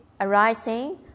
arising